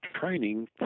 training